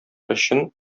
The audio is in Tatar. өчен